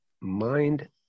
mind